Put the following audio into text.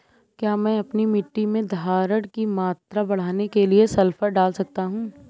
क्या मैं अपनी मिट्टी में धारण की मात्रा बढ़ाने के लिए सल्फर डाल सकता हूँ?